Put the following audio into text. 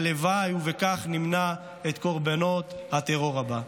הלוואי שכך נמנע את קורבנות הטרור הבא.